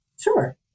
Sure